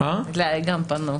אליי גם פנו.